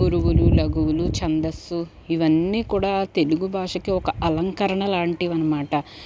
గురువులు లఘువులు ఛందస్సు ఇవన్నీ కూడా తెలుగు భాషకు ఒక అలంకరణ లాంటివి అనమాట